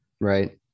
Right